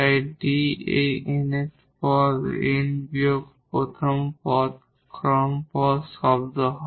তাই d এই nth পদ n বিয়োগ 1 ম ক্রম শব্দ হয়